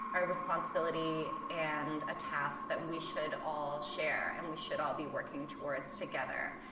a responsibility and a task that we should all share, and we should all be working towards together.